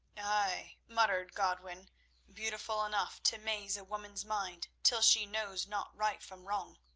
ay, muttered godwin beautiful enough to maze a woman's mind till she knows not right from wrong.